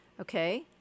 Okay